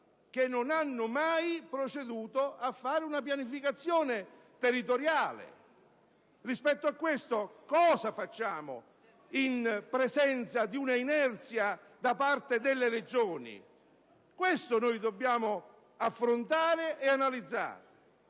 che non hanno mai proceduto a fare una pianificazione territoriale. Cosa facciamo in presenza di un'inerzia da parte delle Regioni? Dobbiamo affrontare e analizzare